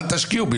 אל תשקיעו בי,